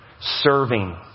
serving